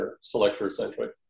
selector-centric